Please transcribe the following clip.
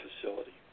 facility